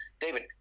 David